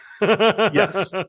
Yes